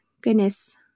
goodness